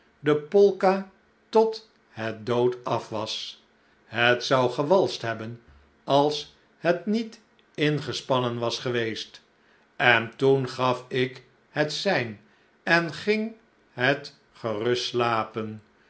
de polka tot het dood af was het zou gewalst hebben als het niet ingespannen was geweest en toen gaf ik het sein en ging het gerust slapen